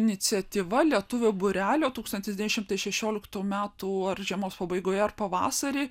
iniciatyva lietuvių būrelio tūkstantis devyni šimtai šešioliktų metų ar žiemos pabaigoje ar pavasarį